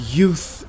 youth